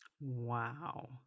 Wow